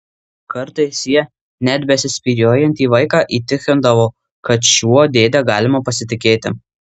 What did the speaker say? kartais ja net besispyriojantį vaiką įtikindavo kad šiuo dėde galima pasitikėti